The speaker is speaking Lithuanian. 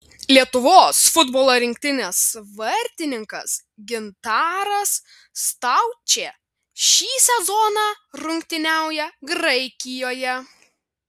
lietuvos futbolo rinktinės vartininkas gintaras staučė šį sezoną rungtyniauja graikijoje